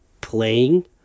playing